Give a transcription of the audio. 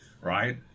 right